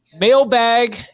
mailbag